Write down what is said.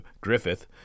Griffith